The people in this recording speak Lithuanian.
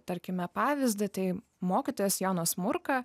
tarkime pavyzdį tai mokytojas jonas murka